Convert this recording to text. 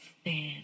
stand